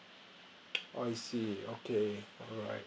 I see okay alright